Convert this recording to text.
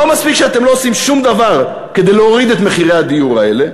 לא מספיק שאתם לא עושים שום דבר כדי להוריד את מחירי הדיור האלה,